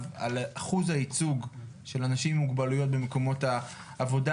על אחוז הייצוג של אנשים עם מוגבלויות במקומות העבודה,